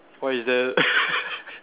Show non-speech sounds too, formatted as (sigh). why is there (laughs)